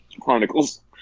Chronicles